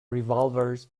revolvers